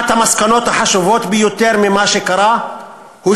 אחת המסקנות החשובות ביותר ממה שקרה היא